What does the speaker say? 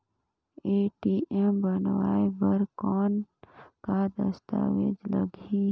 ATM बनवाय बर कौन का दस्तावेज लगही?